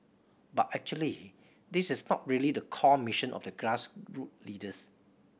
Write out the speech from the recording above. but actually this is not really the core mission of the leaders